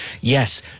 Yes